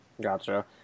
Gotcha